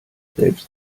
selbst